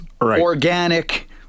organic